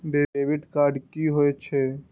Debit card की होय छेय?